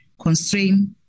constraint